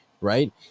right